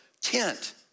tent